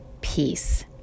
peace